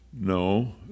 No